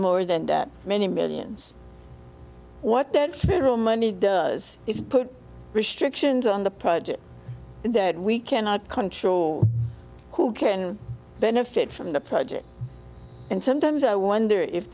more than that many millions what that federal money does is put restrictions on the projects that we cannot control who can benefit from the project and sometimes i wonder if